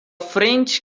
french